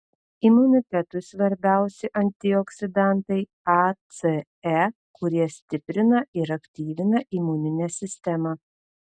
imunitetui svarbiausi antioksidantai a c e kurie stiprina ir aktyvina imuninę sistemą